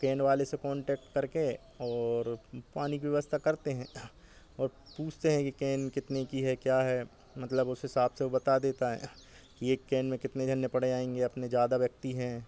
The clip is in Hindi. केन वाले से कोन्टेक्ट करके और पानी की व्यवस्था करते हैं और पूछते हैं कि कैन कितने का है क्या है मतलब उस हिसाब से वह बता देता है कि एक कैन में कितने जन निपट जाएँगे अपने जयदा व्यक्ति हैं